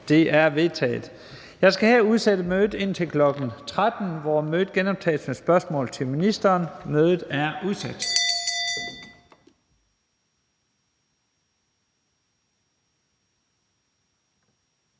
Det er vedtaget. Jeg skal hermed udsætte mødet til kl. 13.00, hvor mødet genoptages med spørgsmål til ministrene. Mødet er udsat.